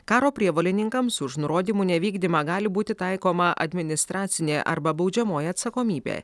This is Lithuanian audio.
karo prievolininkams už nurodymų nevykdymą gali būti taikoma administracinė arba baudžiamoji atsakomybė